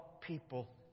people